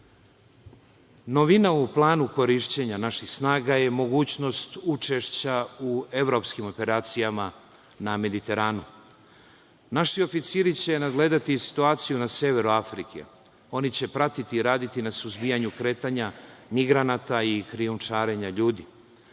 pirata. Novina u planu korišćenja naših snaga je mogućnost učešća u evropskim operacijama na Mediteranu. Naši oficiri će nadgledati situaciju na severu Afrike. Oni će pratiti, raditi na suzbijanju kretanja migranata i krijumčarenja ljudi.